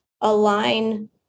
align